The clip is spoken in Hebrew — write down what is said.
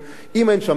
אם אין שם מסחר,